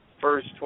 first